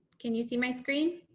can you see my screen.